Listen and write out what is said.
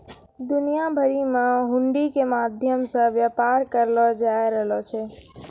दुनिया भरि मे हुंडी के माध्यम से व्यापार करलो जाय रहलो छै